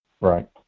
right